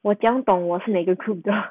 我怎样懂我是哪一个 group 的